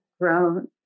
grown